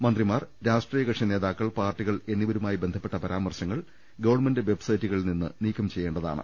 മന്ത്രിമാർ രാഷ്ട്രീ യകക്ഷി നേതാക്കൾ പാർട്ടികൾ എന്നിവരുമായി ബന്ധപ്പെട്ട് പരാമർശങ്ങൾ ഗവൺമെന്റ് വെബ്സൈറ്റുകളിൽ നിന്ന് നീക്കംചെയ്യേണ്ടതാണ്